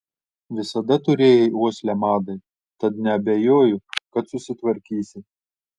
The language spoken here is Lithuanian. visada turėjai uoslę madai tad neabejoju kad susitvarkysi